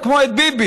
כמו את ביבי,